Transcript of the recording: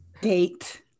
date